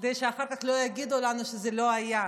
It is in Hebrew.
כדי שאחר כך לא יגידו לנו שזה לא היה.